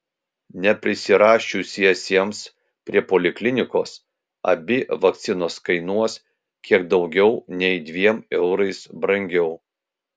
neprisirašiusiesiems prie poliklinikos abi vakcinos kainuos kiek daugiau nei dviem eurais brangiau